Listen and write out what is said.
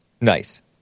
Nice